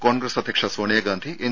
കോൺഗ്രസ് അധ്യക്ഷ സോണിയാഗാന്ധി എൻ